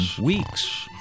weeks